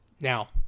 Now